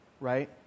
right